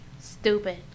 Stupid